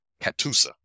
Katusa